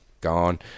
Gone